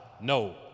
No